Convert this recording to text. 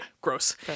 Gross